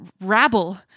Rabble